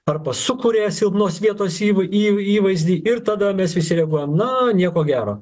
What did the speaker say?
arba sukuria silpnos vietos įv įv įvaizdį ir tada mes visi reaguojam na nieko gero